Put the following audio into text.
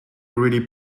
really